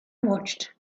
watched